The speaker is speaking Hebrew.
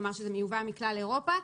כלומר שזה מיובא מכלל אירופה,